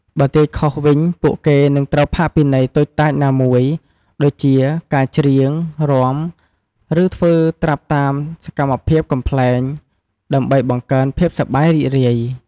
បើទាយខុសវិញ ពួកគេនឹងត្រូវផាកពិន័យតូចតាចណាមួយ ដូចជាការច្រៀង រាំ ឬធ្វើត្រាប់តាមសកម្មភាពកំប្លែង ដើម្បីបង្កើនភាពសប្បាយរីករាយ។